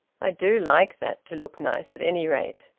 i do like that to look nice at any rate!